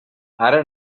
ara